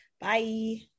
bye